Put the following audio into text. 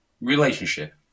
Relationship